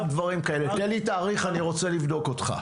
תן לי תאריך, אני רוצה לבדוק אותך.